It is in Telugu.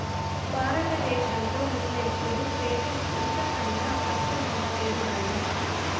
బారత దేశంలో మున్నెప్పుడూ సేద్యం ఇంత కనా కస్టమవ్వలేదు నాయనా